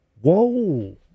Whoa